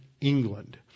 England